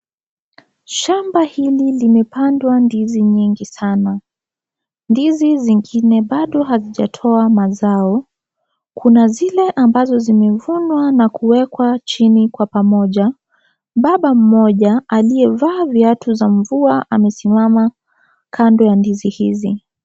Shamba hili limepandwa ndizi nyingi sana. Ndizi zingine bado hazijatoa mazao. Kuna zile ambazo zimevunwa na kuwekwa chini Kwa pamoja . Baba mmoja aliyevaa viatu za mvua amesimama Kando ya ndizi hizi.